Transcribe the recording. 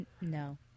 No